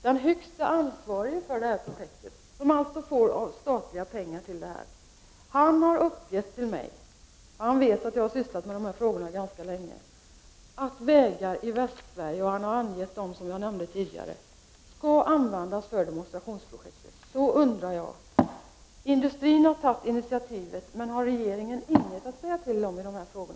Den högsta ansvariga för projektet, som alltså får statliga pengar till sin verksamhet, har uppgett till mig — han vet att jag har sysslat med dessa frågor ganska länge — att de vägar i Västsverige som jag angav tidigare skall användas för demonstrationsprojekt. Då undrar jag: industrin har tagit initiativ men har regeringen ingenting att säga till om i dessa frågor?